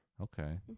Okay